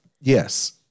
Yes